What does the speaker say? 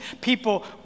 people